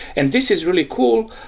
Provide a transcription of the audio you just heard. and this is really cool,